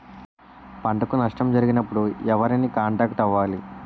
పంటకు నష్టం జరిగినప్పుడు ఎవరిని కాంటాక్ట్ అవ్వాలి?